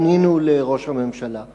פנינו אל ראש הממשלה ואמרנו: